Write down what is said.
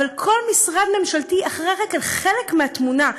אבל כל משרד ממשלתי אחראי רק לחלק מהתמונה,